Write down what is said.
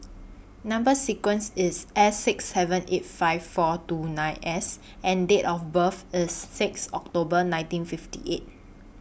Number sequence IS S six seven eight five four two nine S and Date of birth IS six October nineteen fifty eight